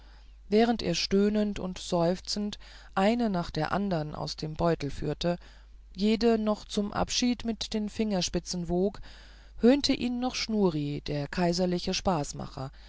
während er stöhnend und seufzend eine nach der andern aus dem beutel führte jede noch zum abschiede auf der fingerspitze wog höhnte ihn noch schnuri der kaiserliche